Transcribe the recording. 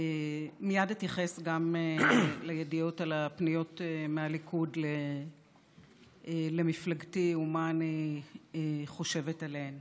מייד אתייחס גם לידיעות על הפניות מהליכוד למפלגתי ומה אני חושבת עליהן,